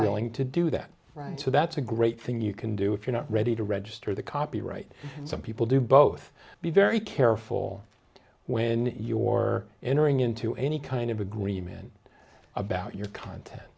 willing to do that right so that's a great thing you can do if you're not ready to register the copyright some people do both be very careful when your entering into any kind of agreement about you